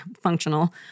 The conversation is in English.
functional